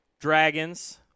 Dragons